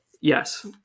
Yes